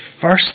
first